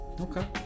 Okay